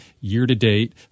year-to-date